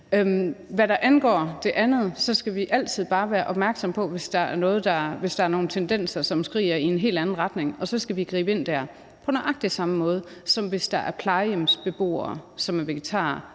Hvad angår det andet, skal vi altid bare være opmærksomme på det, hvis der er nogle tendenser, som skriger til himlen og trækker i en helt anden retning, og så skal vi gribe ind der på nøjagtig samme måde, som hvis der er plejehjemsbeboere, som er vegetarer,